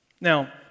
Now